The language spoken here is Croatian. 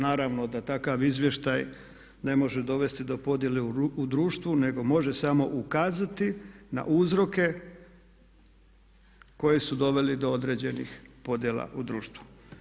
Naravno da takav izvještaj ne može dovesti do podjele u društvu nego može samo ukazati na uzroke koji su doveli do određenih podjela u društvu.